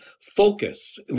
focus